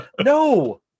No